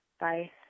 Bye